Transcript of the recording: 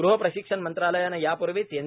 गृह प्रशिक्षण मंत्रालयाने यापूर्वीच एन